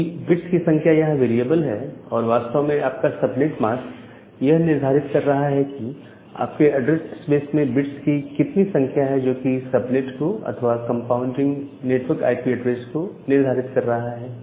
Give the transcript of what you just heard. क्योंकि बिट्स की संख्या यहां वेरिएबल है और वास्तव में आपका सब नेटमास्क यह निर्धारित कर रहा है कि आपके एड्रेस स्पेस में बिट्स की कितनी संख्या है जोकि एक सबनेट को अथवा कंपाउंडिंग नेटवर्क आईपी ऐड्रेस को निर्धारित कर रहा है